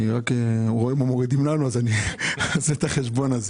אני רק רואה מה מורידים לנו בשכר ואני עושה את החשבון.